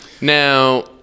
Now